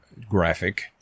graphic